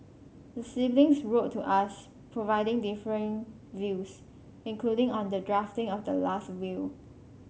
the siblings wrote to us providing differing views including on the drafting of the last will